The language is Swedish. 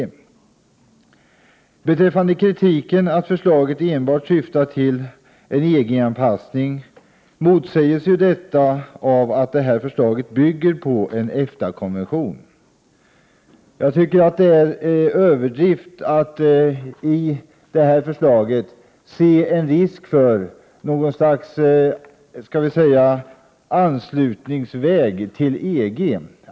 Vad beträffar kritiken att förslaget enbart syftar till en EG-anpassning, motsägs ju detta av att förslaget bygger på en EFTA-konvention. Det är en överdrift att i detta förslag se en risk för något slags anslutningsväg till EG.